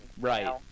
Right